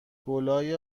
گـلای